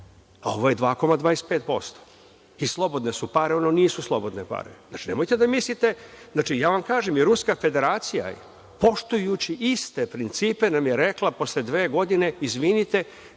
a ovo je 2,25% i slobodne su pare, a ono nisu slobodne pare. Nemojte da mislite, znači, ja vam kažem i Ruska Federacija je, poštujući iste principe, nam je rekla posle dve godine – izvinite,